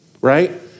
right